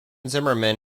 zimmerman